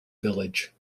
village